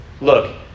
Look